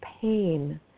pain